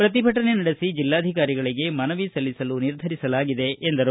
ಪ್ರತಿಭಟನೆ ನಡೆಸಿ ಜಿಲ್ಲಾಧಿಕಾರಿಗಳಿಗೆ ಮನವಿ ಸಲ್ಲಿಸಲು ನಿರ್ಧರಿಸಲಾಗಿದೆ ಎಂದರು